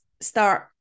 start